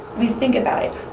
i mean, think about it,